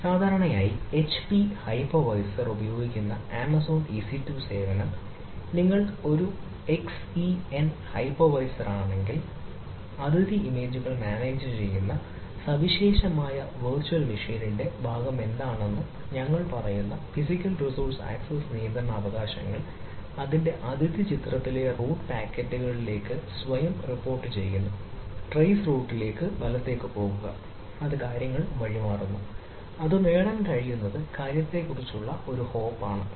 സാധാരണയായി HP hypervisor ആണ്